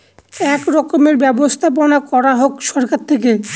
এক রকমের ব্যবস্থাপনা করা হোক সরকার থেকে